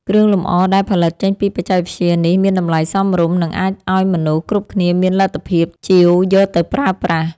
គ្រឿងលម្អដែលផលិតចេញពីបច្ចេកវិទ្យានេះមានតម្លៃសមរម្យ និង អាចឱ្យមនុស្សគ្រប់គ្នាមានលទ្ធភាពជាវយកទៅប្រើប្រាស់។